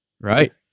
Right